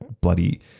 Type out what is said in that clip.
bloody